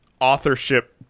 authorship